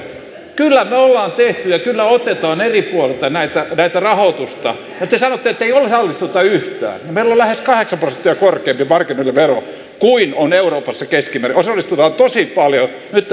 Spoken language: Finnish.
kyllä me olemme tehneet ja kyllä otamme eri puolilta tätä rahoitusta ja te sanotte että ei osallistuta yhtään meillä on lähes kahdeksan prosenttia korkeampi marginaalivero kuin on euroopassa keskimäärin osallistutaan tosi paljon nyt